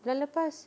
bulan lepas